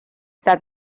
that